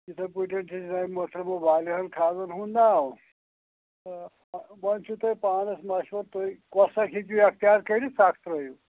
یِتھٕے پٲٹھٮ۪ن چھِ واریاہَن کھادن ہُنٛد ناو وۄنۍ چھُ تۄہہِ پانَس مَشوَرٕ تُہۍ کۄس اَکھ ہیٚکِو یَتھ اختیار کٔرِتھ سۄ اَکھ ترٛٲیِو